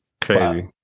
crazy